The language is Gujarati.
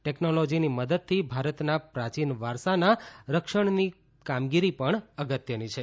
ટેકનોલોજીની મદદથી ભારતના પ્રાચીન વારસાના રક્ષણની કામગીરી પણ અગત્યની છે